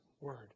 word